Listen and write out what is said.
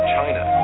China